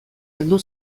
heldu